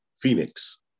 Phoenix